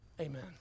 Amen